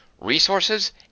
Resources